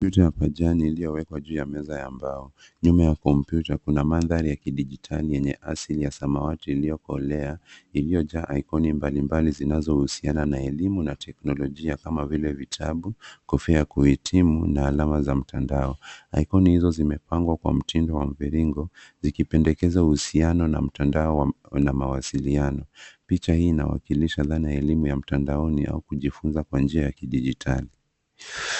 Kompyuta ya pajani iliyowekwa juu ya meza ya mbao. Nyuma ya kompyuta kuna mandhari ya kidijitali yenye asili ya samawati iliyokolea; iliyojaa ikoni mbalimbali zinazohusiana na elimu na teknolojia kama vile vitabu, kofia ya kuhitimu na alama za mtandao. Ikoni hizo zimepangwa kwa mtindo wa mviringo zikipendekeza uhusiano na mtandao na mawasiliano. Picha hii inawakilisha dhana ya elimu ya mtandaoni au kujifunza kwa njia ya kidijitali.